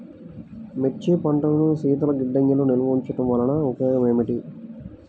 మిర్చి పంటను శీతల గిడ్డంగిలో నిల్వ ఉంచటం వలన ఉపయోగం ఏమిటి?